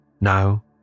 now